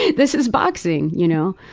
this is boxing! you know.